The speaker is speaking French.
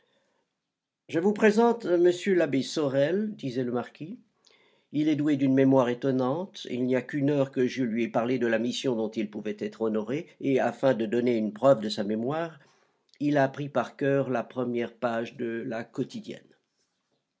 je vous présente m l'abbé sorel disait le marquis il est doué d'une mémoire étonnante il n'y a qu'une heure que je lui ai parlé de la mission dont il pouvait être honoré et afin de donner une preuve de sa mémoire il a appris par coeur la première page de la quotidienne